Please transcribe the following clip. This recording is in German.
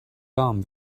warm